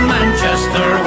Manchester